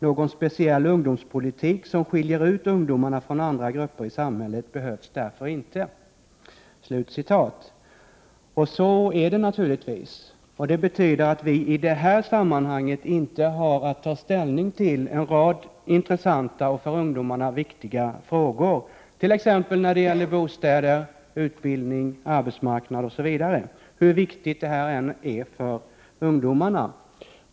Någon speciell ungdomspolitik som skiljer ut ungdomarna från andra grupper i samhället behövs därför inte.” Så är det naturligtvis, och det betyder att vi i det här sammanhanget inte har att ta ställning till en rad intressanta och för ungdomarna viktiga frågor när det gäller t.ex. bostäder, utbildning och arbetsmarknad -— hur viktigt detta än är för ungdomarna.